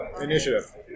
initiative